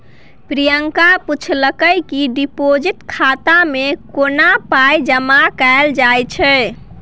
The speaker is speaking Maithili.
प्रियंका पुछलकै कि डिपोजिट खाता मे कोना पाइ जमा कयल जाइ छै